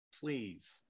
Please